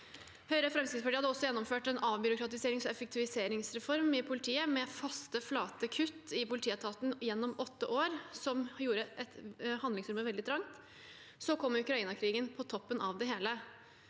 Høyre og Fremskrittspartiet hadde også gjennomført en avbyråkratiserings- og effektiviseringsreform i politiet med faste, flate kutt i politietaten gjennom åtte år. Den gjorde handlingsrommet veldig trangt. Så kom Ukrainakrigen på toppen av det hele.